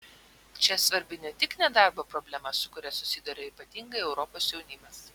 čia svarbi ne tik nedarbo problema su kuria susiduria ypatingai europos jaunimas